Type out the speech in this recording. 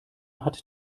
hat